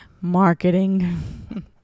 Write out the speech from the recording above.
Marketing